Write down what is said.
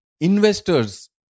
investors